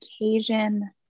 occasion